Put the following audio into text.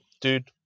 dude